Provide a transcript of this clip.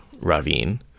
Ravine